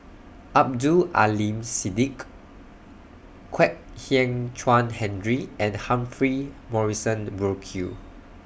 Abdul Aleem Siddique Kwek Hian Chuan Henry and Humphrey Morrison Burkill